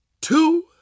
two